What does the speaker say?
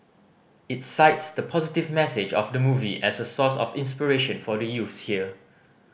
it cites the positive message of the movie as a source of inspiration for the youths here